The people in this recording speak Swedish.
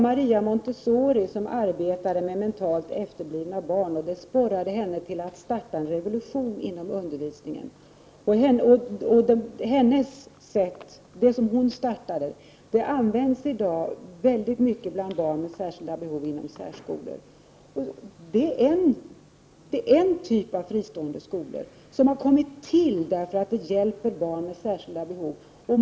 Maria Montessori arbetade med mentalt efterblivna barn, och det sporrade henne till att starta en revolution inom undervisningen. Den metod som hon skapade används i dag väldigt mycket inom särskolan bland barn med särskilda behov. Montessori är en typ av fristående skolor, som har kommit till därför att den hjälper barn med särskilda behov.